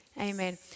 amen